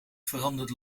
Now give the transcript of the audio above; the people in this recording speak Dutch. verandert